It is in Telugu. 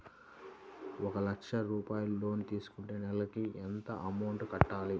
ఒక లక్ష రూపాయిలు లోన్ తీసుకుంటే నెలకి ఎంత అమౌంట్ కట్టాలి?